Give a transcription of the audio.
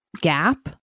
gap